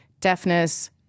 deafness